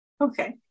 Okay